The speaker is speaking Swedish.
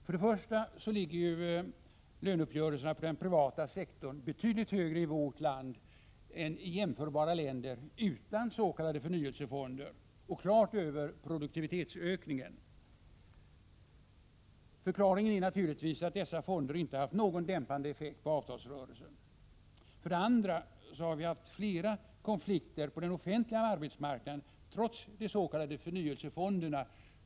För det första ligger ju löneuppgörelserna på den privata sektorn betydligt högre i vårt land än i jämförbara länder utan s.k. förnyelsefonder och klart över produktivitetsökningen. Förklaringen är naturligtvis att dessa fonder inte har haft någon dämpande effekt på avtalsrörelsen. För det andra har vi haft flera konflikter på den offentliga arbetsmarknaden, trots de s.k. förnyelsefonderna.